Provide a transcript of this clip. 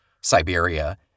Siberia